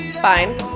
Fine